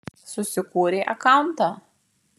susikūrei akauntą